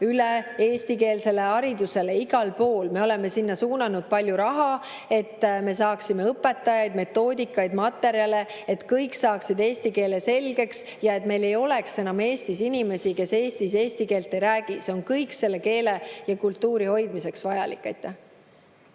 üle eestikeelsele haridusele igal pool. Me oleme sinna suunanud palju raha, et me saaksime õpetajaid, metoodikaid, materjale, et kõik saaksid eesti keele selgeks ja et meil ei oleks enam Eestis inimesi, kes eesti keelt ei räägi. See on kõik meie keele ja kultuuri hoidmiseks vajalik.